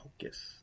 focus